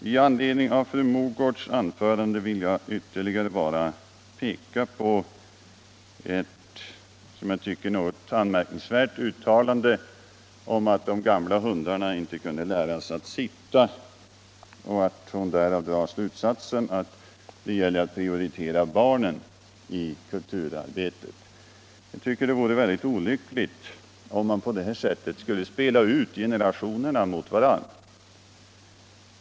Med anledning av fru Mogårds anförande vill jag vtterligare bara peka på ett som jag tycker något anmärkningsvärt uttalande om att gamla hundar inte kan läras att sitta och att fru Mogård därav drar slutsatsen att det gäller att prioritera barnen i kulturarbetet. Jag tycker att det vore mycket olyckligt om man på detta sätt skulle spela ut generationerna mot varandra.